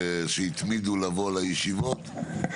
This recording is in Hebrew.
להיות בתוך העניין הזה,